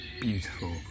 beautiful